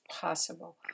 possible